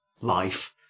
life